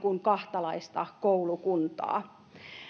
kahtalaista koulukuntaa